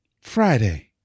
Friday